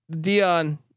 Dion